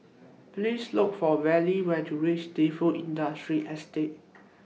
Please Look For Villa when YOU REACH Defu Industrial Estate